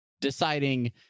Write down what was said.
deciding